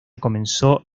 comenzó